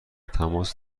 تماس